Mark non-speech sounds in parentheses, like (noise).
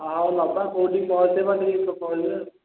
ହଁ ହଉ ନେବା କେଉଁଠିକି (unintelligible)